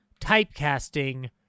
typecasting